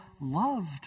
loved